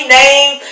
name